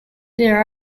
there